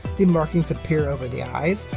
the markings appear over the eyes,